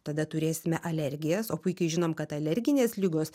tada turėsime alergijas o puikiai žinom kad alerginės ligos